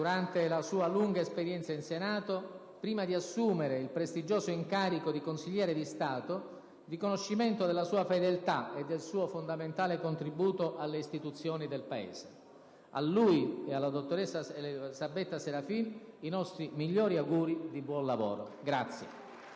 durante la sua lunga esperienza in Senato, prima di assumere il prestigioso incarico di consigliere di Stato, riconoscimento della sua fedeltà e del suo fondamentale contributo alle istituzioni del Paese. *(Vivi, generali applausi).* A lui e alla dottoressa Elisabetta Serafin i nostri migliori auguri di buon lavoro. Grazie*.